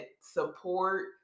support